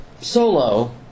solo